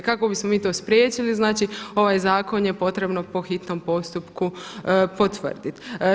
Kako bi smo mi to spriječili znači ovaj zakon je potrebno po hitnom postupku potvrditi.